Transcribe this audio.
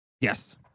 Yes